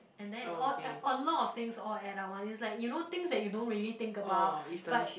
and then all all a lot of things all add up one it's like you know things that you don't really think about but